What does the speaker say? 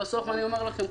בסוף אני אומר לכם,